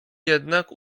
jednak